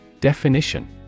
definition